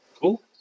Cool